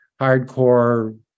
hardcore